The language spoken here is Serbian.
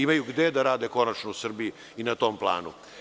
Imaju gde da rade, konačno, u Srbiji i na tom planu.